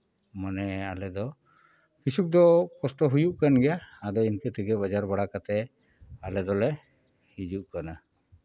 ᱢᱟᱱᱮ ᱟᱞᱮ ᱠᱤᱪᱷᱩ ᱫᱚ ᱠᱚᱥᱴᱚ ᱦᱩᱭᱩᱜ ᱠᱟᱱ ᱜᱮᱭᱟ ᱟᱫᱚ ᱤᱱᱠᱟᱹ ᱛᱮᱜᱮ ᱵᱟᱡᱟᱨ ᱵᱟᱲᱟ ᱠᱟᱛᱮᱫ ᱟᱞᱮ ᱫᱚᱞᱮ ᱦᱤᱡᱩᱜ ᱠᱟᱱᱟ